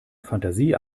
fantasie